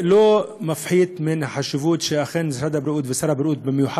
אני מבקשת שהמשטרה תנהג בהם ביד קשה,